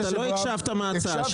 לא הקשבת למה שאמרתי.